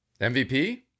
MVP